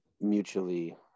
mutually-